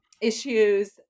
issues